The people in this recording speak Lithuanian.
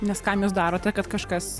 nes kam jūs darote kad kažkas